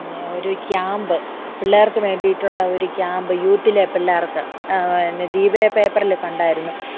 പിന്നെ ഒരു ക്യാമ്പ് പിള്ളേർക്ക് വേണ്ടിയിട്ടുള്ള ഒരു ക്യാമ്പ് യൂത്തിലെ പിള്ളേർക്ക് പിന്നെ ദീപിക പേപ്പറിൽ കണ്ടായിരുന്നു